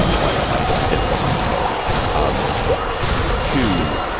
why that might be difficult for people um to.